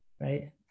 right